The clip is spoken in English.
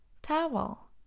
Towel